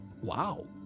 Wow